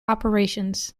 operations